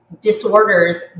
disorders